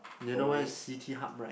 you know where is C_T hub right